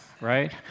right